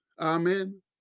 Amen